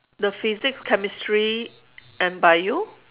the physics chemistry and bio